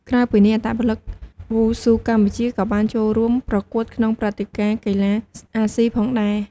ក្រៅពីនេះអត្តពលិកវ៉ូស៊ូកម្ពុជាក៏បានចូលរួមប្រកួតក្នុងព្រឹត្តិការណ៍កីឡាអាស៊ីផងដែរ។